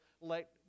let